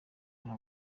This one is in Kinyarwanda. nta